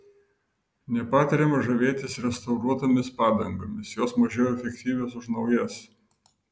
nepatariama žavėtis restauruotomis padangomis jos mažiau efektyvios už naujas